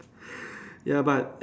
ya but